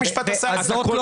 בית משפט עשה --- זאת לא